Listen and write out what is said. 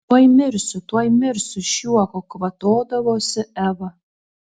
tuoj mirsiu tuoj mirsiu iš juoko kvatodavosi eva